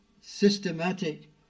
systematic